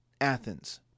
Athens